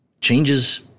changes